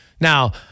Now